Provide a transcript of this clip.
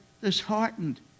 disheartened